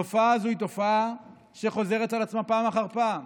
תופעה זו חוזרת על עצמה פעם אחר פעם.